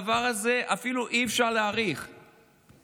את הדבר הזה אי-אפשר אפילו להעריך בכסף,